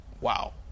Wow